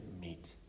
meet